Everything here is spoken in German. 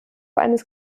eines